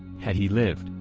had he lived,